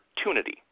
opportunity